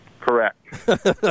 Correct